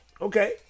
Okay